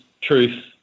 truth